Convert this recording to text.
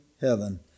heaven